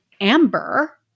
amber